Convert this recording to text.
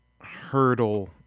hurdle